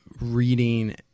reading